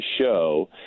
show